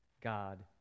God